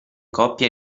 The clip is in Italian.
coppie